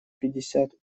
пятьдесят